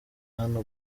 hano